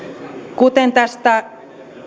kuten tästä